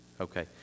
okay